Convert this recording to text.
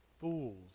fools